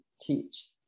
teach